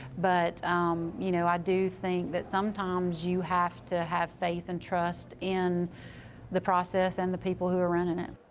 but you know i do think that, sometimes, you have to have faith and trust in the process and the people who are running it.